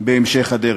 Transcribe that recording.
בהמשך הדרך.